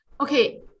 Okay